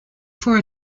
for